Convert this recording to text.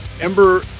Ember